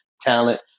talent